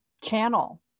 channel